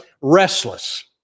restless